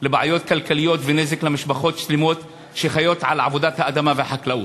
בעיות כלכליות ונזק למשפחות שלמות שחיות על עבודת האדמה והחקלאות.